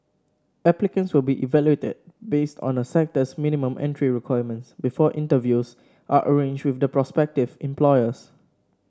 applicants will be evaluated based on a sector's minimum entry requirements before interviews are arranged with the prospective employers